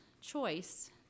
choice